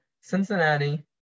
Cincinnati